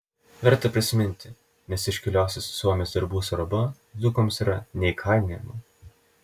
verta prisiminti nes iškiliosios suomės darbų svarba dzūkams yra neįkainojama